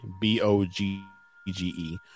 b-o-g-g-e